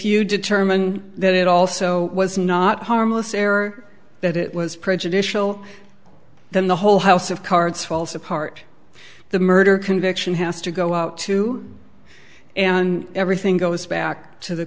you determine that it also was not harmless error that it was prejudicial then the whole house of cards falls apart the murder conviction has to go out to and everything goes back to the